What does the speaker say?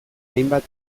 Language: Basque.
hainbat